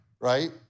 right